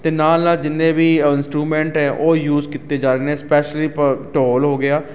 ਅਤੇ ਨਾਲ ਨਾਲ ਜਿੰਨੇ ਵੀ ਇੰਸਟਰੂਮੈਂਟ ਹੈ ਉਹ ਯੂਜ ਕੀਤੇ ਜਾ ਰਹੇ ਨੇ ਸਪੈਸ਼ਲੀ ਪ ਢੋਲ ਹੋ ਗਿਆ